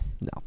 No